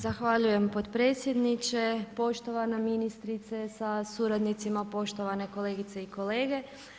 Zahvaljujem potpredsjedniče, poštovana ministrice sa suradnicima, poštovane kolegice i kolege.